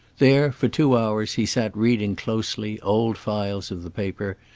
there, for two hours, he sat reading closely old files of the paper,